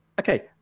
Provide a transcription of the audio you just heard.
okay